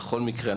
בכל מקרה,